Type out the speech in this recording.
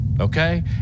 Okay